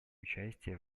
участие